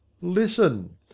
Listen